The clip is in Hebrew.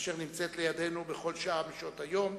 אשר נמצאת לידנו בכל שעה משעות היום.